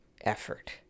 effort